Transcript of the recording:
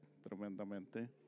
tremendamente